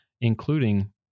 including